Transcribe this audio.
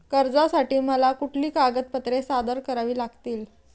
कर्जासाठी मला कुठली कागदपत्रे सादर करावी लागतील?